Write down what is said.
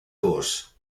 course